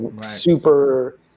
super